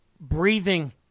breathing